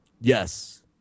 Yes